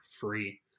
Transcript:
free